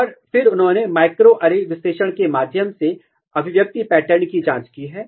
और फिर उन्होंने माइक्रोएरे विश्लेषण के माध्यम से अभिव्यक्ति पैटर्न की जांच की है